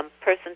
person